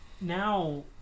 now